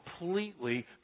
completely